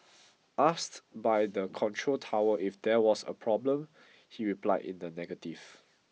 asked by the control tower if there was a problem he replied in the negative